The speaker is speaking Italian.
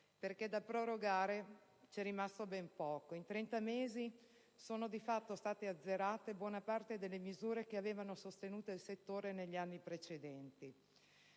perché da prorogare c'è rimasto ben poco: in 30 mesi sono state di fatto azzerate buona parte delle misure che avevano sostenuto il settore negli anni precedenti.